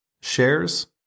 shares